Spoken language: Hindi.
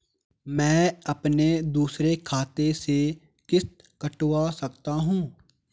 मैं अपने दूसरे खाते से किश्त कटवा सकता हूँ?